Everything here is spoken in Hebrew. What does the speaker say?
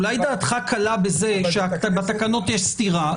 אולי דעתך קלה בזה שבתקנות יש סתירה,